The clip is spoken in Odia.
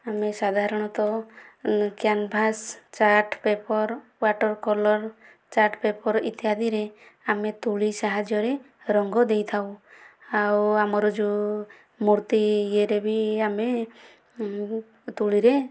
ଆମେ ସାଧାରଣତଃ canvas chart paper water colour chart paper ଇତ୍ୟାଦିରେ ଆମେ ତୁଳି ସାହାଯ୍ୟରେ ରଙ୍ଗ ଦେଇଥାଉ ଆଉ ଆମର ଯେଉଁ ମୂର୍ତ୍ତି ଇଏରେ ବି ଆମେ ତୂଳୀରେ